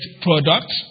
product